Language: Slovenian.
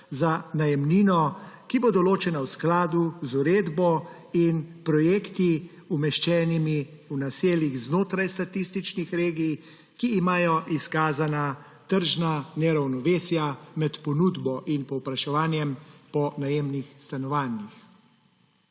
za najemnino, ki bo določena v skladu z uredbo, in projekti, umeščeni v naseljih znotraj statističnih regij, ki imajo izkazana tržna neravnovesja med ponudbo in povpraševanjem po najemnih stanovanjih.